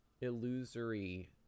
illusory